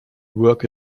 work